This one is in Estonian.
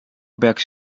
peaks